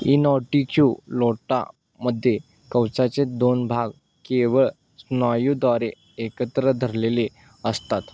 इनओटीच्यू लोटामध्ये कवचाचे दोन भाग केवळ स्नायुद्वारे एकत्र धरलेले असतात